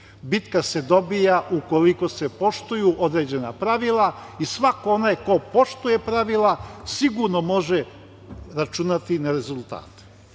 Bitka se dobija, ukoliko se poštuju određena pravila i svako onaj ko poštuje ona pravila, sigurno može računati na rezultate. Ja